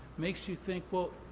makes you think, well,